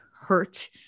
hurt